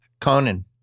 Conan